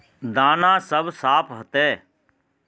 दाना सब साफ होते?